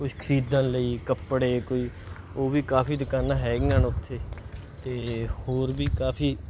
ਕੁਛ ਖਰੀਦਣ ਲਈ ਕੱਪੜੇ ਕੋਈ ਉਹ ਵੀ ਕਾਫੀ ਦੁਕਾਨਾਂ ਹੈਗੀਆਂ ਹਨ ਉੱਥੇ ਅਤੇ ਹੋਰ ਵੀ ਕਾਫੀ